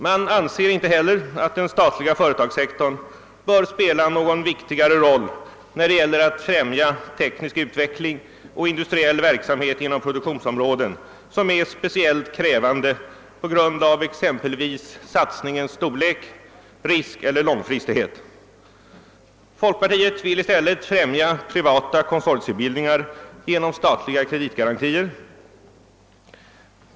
Man anser inte heller att den statliga företagssektorn bör spela någon viktigare roll när det gäller att främja teknisk utveckling och industriell verksamhet inom produktionsområden som är speciellt krävande på grund av exempelvis satsningens storlek, risk eller långfristighet. Folkpartiet vill i stället främja privata konsortiebildningar genom statliga kreditgarantier.